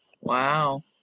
Wow